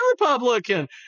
Republican